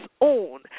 own